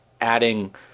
adding